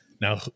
Now